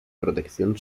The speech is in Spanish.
protección